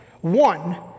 One